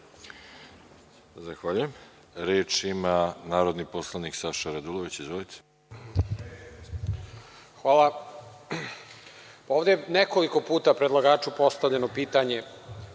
Zahvaljujem. Reč ima narodni poslanik Saša Radulović. Izvolite. **Saša Radulović** Hvala. Ovde je nekoliko puta predlagaču postavljeno pitanje